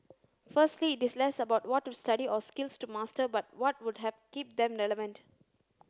firstly it is less about what to study or skills to master but what would have keep them relevant